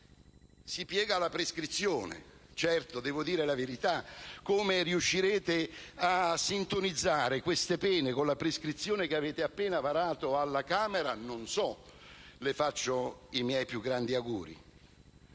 si piega alla prescrizione. Certo, a dir la verità, come riuscirete a sintonizzare queste pene con la prescrizione che avete appena varato alla Camera, non so; le faccio i miei più grandi auguri,